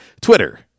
Twitter